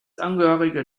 angehöriger